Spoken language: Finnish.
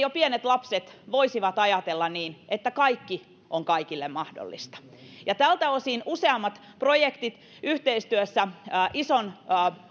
jo pienet lapset voisivat ajatella niin että kaikki on kaikille mahdollista tältä osin useammat projektit yhteistyössä ison